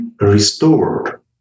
restored